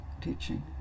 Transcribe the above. teaching